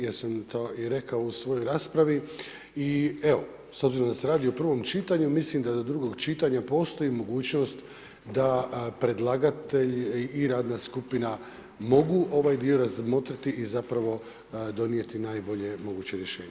Ja sam to i rekao u svojoj raspravi i evo s obzirom da se radi o prvom čitanju, mislim da do drugog čitanja postoji mogućnost da predlagatelj i radna skupina mogu ovaj dio razmotriti i donijeti najbolje moguće rješenje.